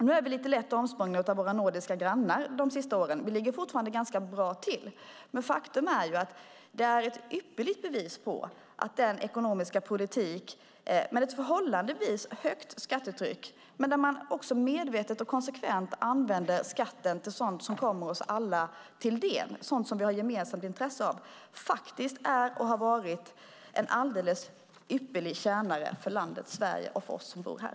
Nu är vi lätt omsprungna av våra nordiska grannar de senaste åren, men vi ligger fortfarande ganska bra till. Faktum är att detta är ett ypperligt bevis på att en ekonomisk politik med ett förhållandevis högt skattetryck där man medvetet och konsekvent använder skatten till sådant som kommer oss alla till del, sådant som vi har ett gemensamt intresse av, faktiskt är och har varit en alldeles ypperlig tjänare för landet Sverige och för oss som bor här.